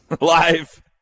live